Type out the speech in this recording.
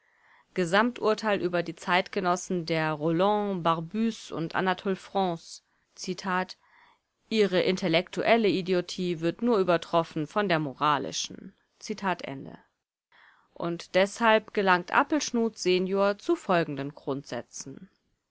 gesamturteil über die zeitgenossen der rolland barbusse und anatole france ihre intellektuelle idiotie wird nur übertroffen von der moralischen und deshalb gelangt appelschnut senior zu folgenden grundsätzen